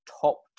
top